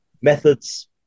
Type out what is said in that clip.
methods